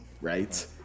right